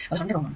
അത് 100 Ω ആണ്